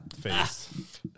face